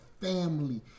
family